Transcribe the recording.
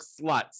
sluts